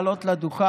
ביקשתי לעלות לדוכן,